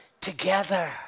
together